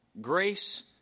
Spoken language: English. grace